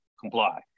comply